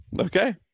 Okay